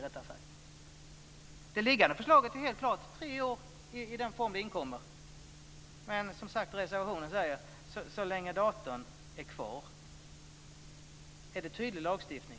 Det liggande förslaget är helt klart: tre år i den form dokumentet inkommer. Men, som sagt, reservationen säger: så länge datorn är kvar. Är det tydlig lagstiftning?